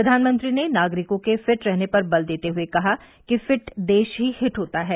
प्रधानमंत्री ने नागरिकों के फिट रहने पर बल देते हुए कहा कि फिट देश ही हिट होता है